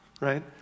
right